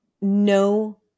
no